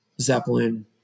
Zeppelin